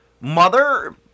Mother